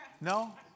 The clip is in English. No